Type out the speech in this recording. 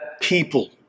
people